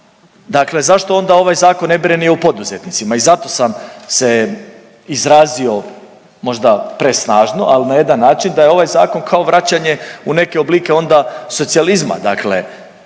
dakle zašto onda ovaj zakon ne brine i o poduzetnicima. I zato sam se izrazio možda presnažno, ali na jedan način da je ovaj zakon kao vraćanje u neke oblike onda socijalizma.